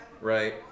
right